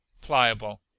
Pliable